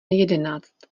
jedenáct